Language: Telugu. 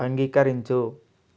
అంగీకరించు